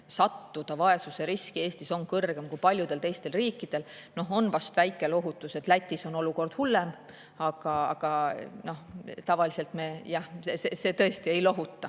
sattuda vaesusriski on Eestis kõrgem kui paljudes teistes riikides. On vast väike lohutus, et Lätis on olukord hullem, aga tavaliselt me … Jah, see tõesti ei lohuta.